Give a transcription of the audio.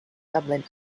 dublin